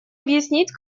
объяснить